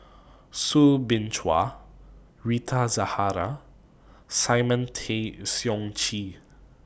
Soo Bin Chua Rita Zahara and Simon Tay Seong Chee